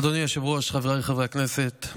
אדוני היושב-ראש, חבריי חברי הכנסת,